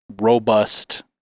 robust